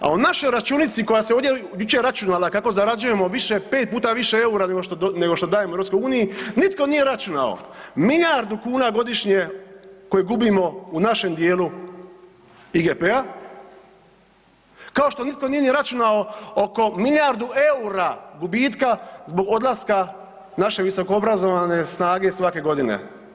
A o našoj računici koja se ovdje jučer računala kako zarađujemo više, 5 puta više EUR-a nego što dajemo EU, nitko nije računao, milijardu kuna godišnje koje gubimo u našem dijelu IGP-a, kao što nitko nije ni računao oko milijardu EUR-a gubitka zbog odlaska naše visokoobrazovane snage svake godine.